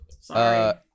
Sorry